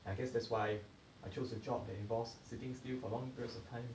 I guess that's why I choose a job that involves sitting still for long periods of time